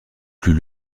plus